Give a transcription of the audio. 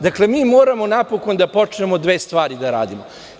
Dakle, mi napokon moramo da počnemo dve stvari da radimo.